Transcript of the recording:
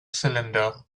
cylinder